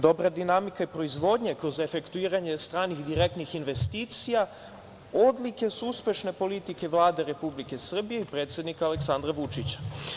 Dobra dinamika proizvodnje kroz efektuiranje stranih direktnih investicija, odlike su uspešne politike Vlade Republike Srbije i predsednika Aleksandra Vučića.